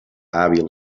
hàbil